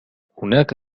هناك